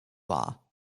law